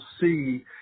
see